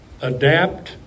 Adapt